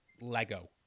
Lego